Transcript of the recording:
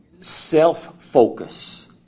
self-focus